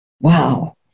wow